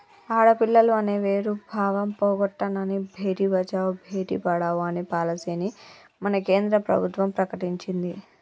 ఆడపిల్లలు అనే వేరు భావం పోగొట్టనని భేటీ బచావో బేటి పడావో అనే పాలసీని మన కేంద్ర ప్రభుత్వం ప్రకటించింది